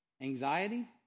Anxiety